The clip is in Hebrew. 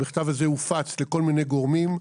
המכתב הזה הופץ לכל מיני גורמים,